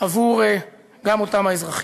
גם בעבור אותם אזרחים.